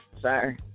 Sorry